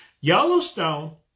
Yellowstone